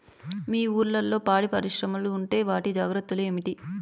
మీ ఊర్లలో పాడి పరిశ్రమలు ఉంటే వాటి జాగ్రత్తలు ఏమిటి